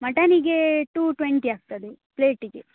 ಮಟನಿಗೆ two twenty ಆಗ್ತದೆ ಪ್ಲೇಟಿಗೆ